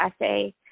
essay